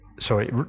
sorry